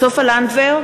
סופה לנדבר,